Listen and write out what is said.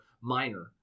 minor